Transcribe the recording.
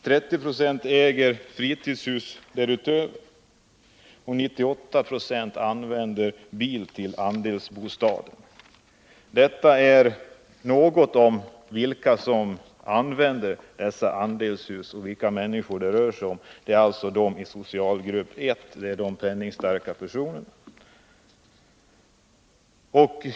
30 20 äger därutöver fritidshus, och 98 26 använder bil till andelsbostaden. Detta är något om vilka som använder dessa andelshus. De människor det rör sig om är alltså de i socialgrupp 1 — de penningstarka personerna.